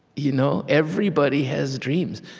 you know everybody has dreams.